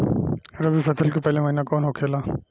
रबी फसल के पहिला महिना कौन होखे ला?